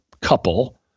couple